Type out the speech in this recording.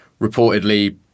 reportedly